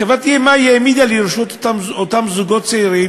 חברת EMI העמידה לרשות אותם זוגות צעירים